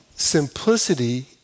Simplicity